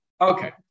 Okay